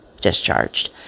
discharged